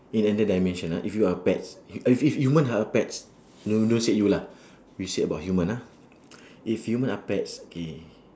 in another dimension ah if you are a pets every human are a pets don't don't say you lah we say about human ah if human are pets K